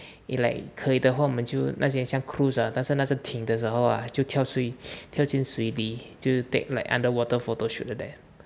if like 可以的话我们就那些像 cruise ah 但是停的时候 ah 就跳水跳进水里就 like take underwater photo shoot like that